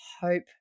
hope